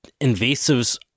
invasives